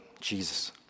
Jesus